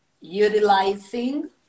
utilizing